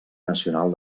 nacional